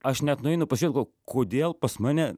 aš net nueinu pažiūrėt galvoju kodėl pas mane